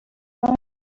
saint